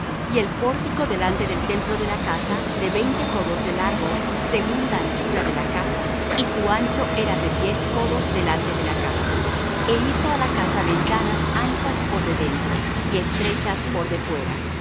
y el pórtico delante del templo de la casa de veinte codos de largo según la anchura de la casa y su ancho era de diez codos delante de la casa e hizo á la casa ventanas anchas por de dentro y estrechas por de fuera